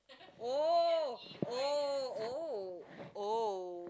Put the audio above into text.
oh oh oh oh